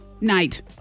night